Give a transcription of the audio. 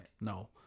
no